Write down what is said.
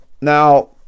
Now